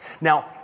Now